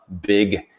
big